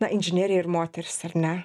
na inžinierija ir moterys ar ne